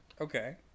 Okay